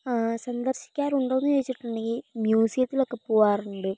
സന്ദർശിക്കാറുണ്ടോന്നു ചോദിച്ചിട്ടുണ്ടെങ്കിൽ മ്യൂസിയത്തിലൊക്കെ പോവാറുണ്ട്